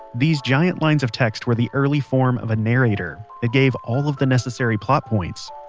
these giant lines of text were the early form of a narrator. it gave all of the necessary plot points.